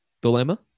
Dilemma